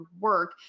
work